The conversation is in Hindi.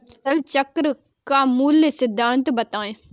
फसल चक्र का मूल सिद्धांत बताएँ?